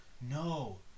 No